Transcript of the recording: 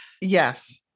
Yes